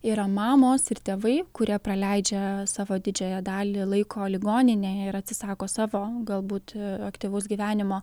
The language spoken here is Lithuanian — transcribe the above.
yra mamos ir tėvai kurie praleidžia savo didžiąją dalį laiko ligoninėj ir atsisako savo galbūt aktyvaus gyvenimo